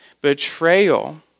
betrayal